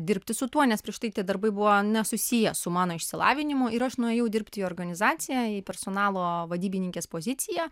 dirbti su tuo nes prieš tai darbai buvo nesusiję su mano išsilavinimu ir aš nuėjau dirbti į organizaciją į personalo vadybininkės poziciją